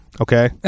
okay